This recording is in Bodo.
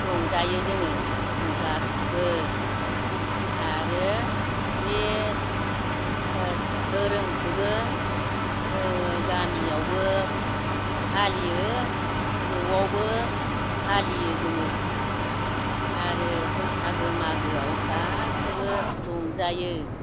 रंजायो जोङो जों गासिबो आरो बे ओ धोरोमखोबो जोङो गामियावबो फालियो न'आवबो फालियो जोङो आरो बैसागो मागोआव गासैबो रंजायो